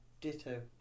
Ditto